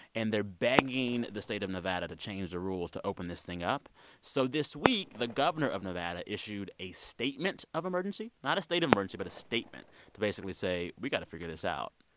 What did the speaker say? and they're begging the state of nevada to change the rules to open this thing up so this week, the governor of nevada issued a statement of emergency not a state of emergency but a statement to basically say we've got to figure this out.